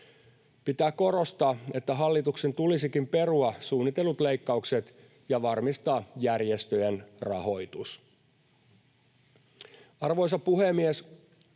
Pitää korostaa, että hallituksen tulisikin perua suunnitellut leikkaukset ja varmistaa järjestöjen rahoitus. Arvoisa puhemies!